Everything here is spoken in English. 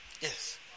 yes